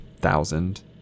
thousand